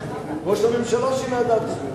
ראש הממשלה שינה את דעתו.